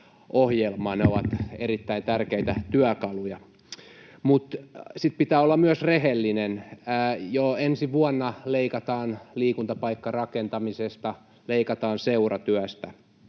ne ovat erittäin tärkeitä työkaluja — mutta sitten pitää olla myös rehellinen. Jo ensi vuonna leikataan liikuntapaikkarakentamisesta, leikataan seuratyöstä.